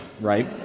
right